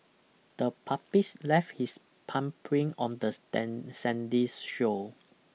the puppies left his palm print on this dan sandy shore